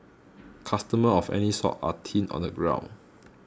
customers of any sort are thin on the ground